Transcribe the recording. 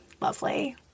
lovely